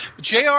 Jr